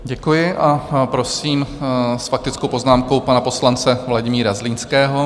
Děkuji a prosím s faktickou poznámkou pana poslance Vladimíra Zlínského.